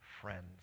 friends